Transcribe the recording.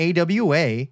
AWA